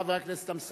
חבר הכנסת אמסלם.